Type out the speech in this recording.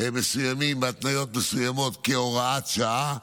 מסוימים והתניות מסוימות כהוראת שעה.